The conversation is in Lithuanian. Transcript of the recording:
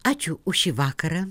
ačiū už šį vakarą